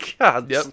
God